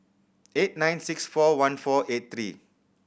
eight nine six four one four eight three